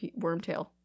Wormtail